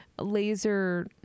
laser